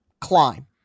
climb